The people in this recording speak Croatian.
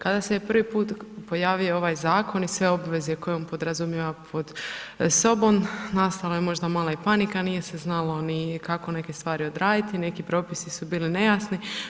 Kada se prvi put pojavio ovaj zakon i sve obveze koje on podrazumijeva pod sobom nastala je možda i mala panika, nije se znalo ni kako neke stvari odraditi, neki propisi su bili nejasni.